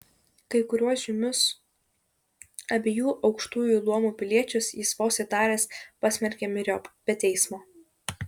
kai kuriuos žymius abiejų aukštųjų luomų piliečius jis vos įtaręs pasmerkė myriop be teismo